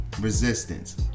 resistance